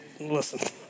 listen